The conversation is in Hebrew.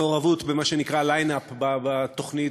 במעורבות במה שנקרא ליין-אפ בתוכנית,